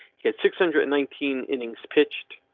at six hundred and nineteen innings pitched,